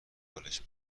حالش